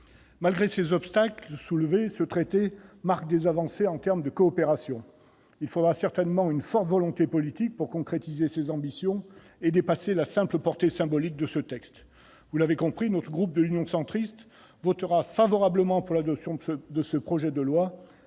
Malgré les obstacles soulignés, ce traité marque des avancées en termes de coopération. Il faudra certainement une forte volonté politique pour concrétiser ces ambitions et dépasser la simple portée symbolique de ce texte. Le groupe Union Centriste votera en faveur de l'adoption de ce projet de loi,